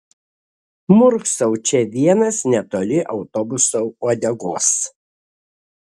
murksau čia vienas netoli autobuso uodegos